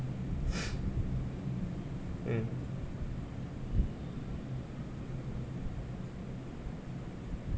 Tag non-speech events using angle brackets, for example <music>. <noise> mm